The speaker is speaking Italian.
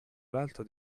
l’alto